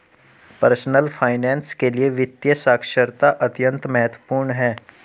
personal finance के लिए वित्तीय साक्षरता अत्यंत महत्वपूर्ण है